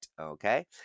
okay